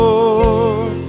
Lord